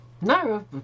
No